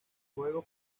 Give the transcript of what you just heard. juego